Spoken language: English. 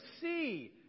see